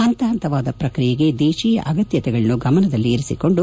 ಹಂತಹಂತವಾದ ಪ್ರಕ್ರಿಯೆಗೆ ದೇಶೀಯ ಅಗತ್ವತೆಗಳನ್ನು ಗಮನದಲ್ಲಿರಿಸಿಕೊಂಡು